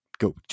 go